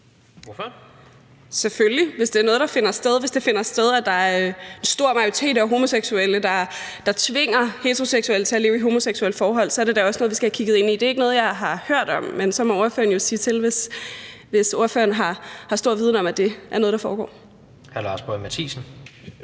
der finder sted. Hvis der er en stor majoritet af homoseksuelle, der tvinger heteroseksuelle til at leve i homoseksuelle forhold, er det da også noget, vi skal have kigget ind i. Det er ikke noget, jeg har hørt om, men så må ordføreren jo sige til, hvis ordføreren har stor viden om, at det er noget, der foregår. Kl. 17:07 Tredje